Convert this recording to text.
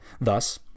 Thus